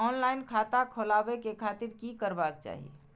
Online खाता खोलाबे के खातिर कि करबाक चाही?